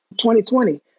2020